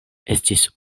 estis